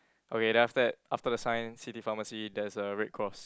okay then after that after the sign city pharmacy there's a red cross